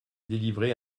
délivré